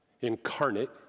incarnate